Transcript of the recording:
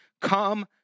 come